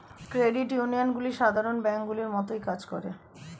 credit ইউনিয়নগুলি সাধারণ ব্যাঙ্কগুলির মতোই কাজ করে